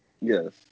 Yes